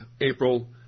April